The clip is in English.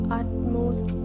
utmost